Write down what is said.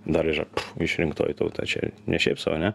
dar yra išrinktoji tauta čia ne šiaip sau ane